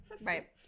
Right